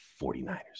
49ers